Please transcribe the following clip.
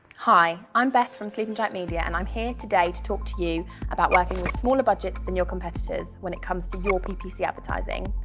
hi, i'm beth from sleeping giant media and i'm here today to talk to you about working with smaller budgets than your competitors when it comes to your ppc advertising,